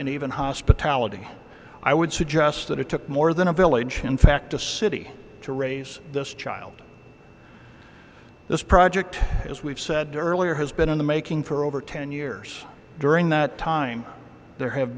and even hospitality i would suggest that it took more than a village in fact a city to raise this child this project as we've said earlier has been in the making for over ten years during that time there have